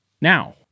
Now